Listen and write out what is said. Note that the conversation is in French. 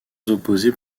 opposés